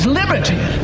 liberty